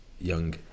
young